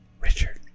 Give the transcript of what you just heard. Richard